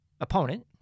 opponent